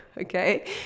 Okay